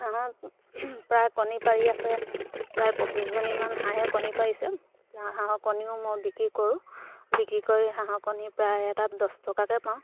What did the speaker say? হাঁহৰ প্ৰায় কণী পাৰি আছে প্ৰায় পঁচিছজনীমান হাঁহেই কণী পাৰিছে হাঁহৰ কণীও মই বিক্ৰী কৰোঁ বিক্ৰী কৰি হাঁহৰ কণী প্ৰায় এটাত দছ টকাকৈ পাওঁ